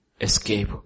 escape